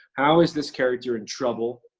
how is this character in trouble?